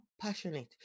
passionate